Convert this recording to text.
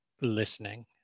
listening